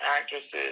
actresses